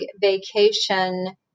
vacation